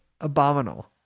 Abominable